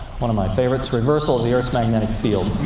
one of my favorites reversal of the earth's magnetic field.